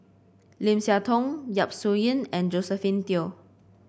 Lim Siah Tong Yap Su Yin and Josephine Teo